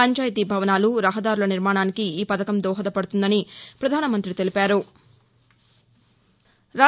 పంచాయతీ భవనాలు రహదారుల నిర్మాణానికి ఈ పథకం దోహదపడుతుందని ప్రపధానమంుతి తెలిపారు